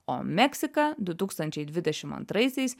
o meksika du tūkstančiai dvidešim antraisiais